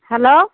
hello